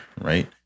right